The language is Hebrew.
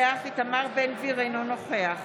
איתמר בן גביר, אינו נוכח